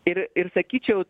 ir ir sakyčiau